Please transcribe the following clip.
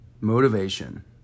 motivation